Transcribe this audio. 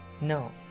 No